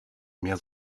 mehr